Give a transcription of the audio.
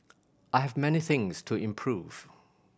I have many things to improve